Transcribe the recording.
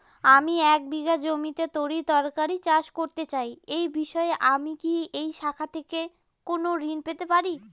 আমি এক বিঘা জমিতে তরিতরকারি চাষ করতে চাই এই বিষয়ে আমি কি এই শাখা থেকে কোন ঋণ পেতে পারি?